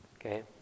Okay